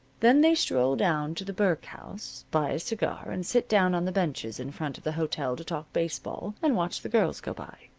then they stroll down to the burke house, buy a cigar and sit down on the benches in front of the hotel to talk baseball and watch the girls go by.